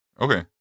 okay